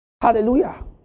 Hallelujah